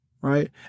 right